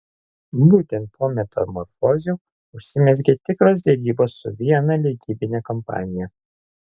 būtent po metamorfozių užsimezgė tikros derybos su viena leidybine kompanija